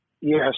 Yes